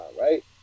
right